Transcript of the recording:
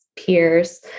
peers